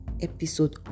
episode